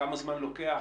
כמה זמן לוקח,